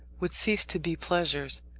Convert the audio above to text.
would cease to be pleasures.